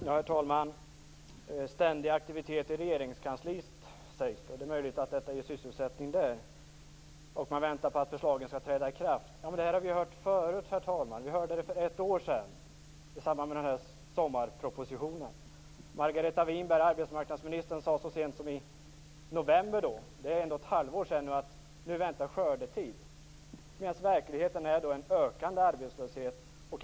Herr talman! Finansministern talar om ständig aktivitet i Regeringskansliet - det är möjligt att detta ger sysselsättning där - och regeringen väntar på att förslagen skall träda i kraft. Men detta har vi ju hört förut. Vi hörde det för ett år sedan i samband med sommarpropositionen. Arbetsmarknadsminister Margareta Winberg sade så sent som i november, dvs. för ett halvår sedan, att skördetid nu väntade. Men verkligheten är en ökande arbetslöshet.